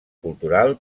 cultural